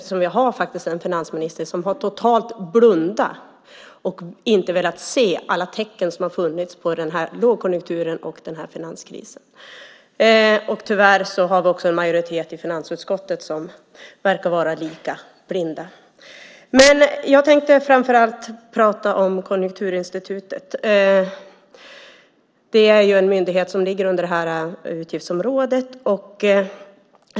Vi har faktiskt en finansminister som har blundat och inte velat se alla de tecken på lågkonjunktur och finanskris som funnits. Tyvärr har vi också en majoritet i finansutskottet som verkar vara lika blind. Jag tänkte dock framför allt prata om Konjunkturinstitutet, en myndighet som ligger under det här utgiftsområdet.